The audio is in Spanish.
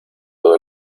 todo